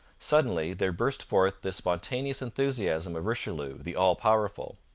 suddenly there burst forth this spontaneous enthusiasm of richelieu the all-powerful.